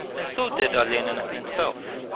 and so did olenin himself.